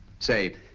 say,